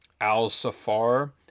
al-Safar